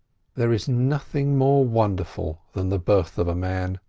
there is nothing more wonderful than the birth of a man,